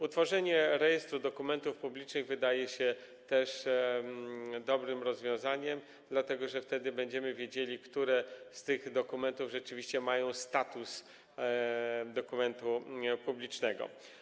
Utworzenie Rejestru Dokumentów Publicznych też wydaje się dobrym rozwiązaniem, dlatego że wtedy będziemy wiedzieli, które z tych dokumentów rzeczywiście mają status dokumentu publicznego.